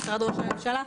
משרד ראש הממשלה,